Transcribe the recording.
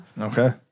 Okay